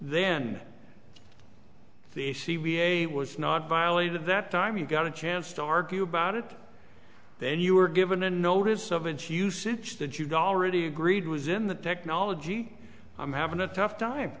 then the c v a was not violated that time you got a chance to argue about it then you were given a notice of inch usage that you'd already agreed was in the technology i'm having a tough time